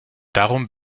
darum